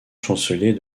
chancelier